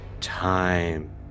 Time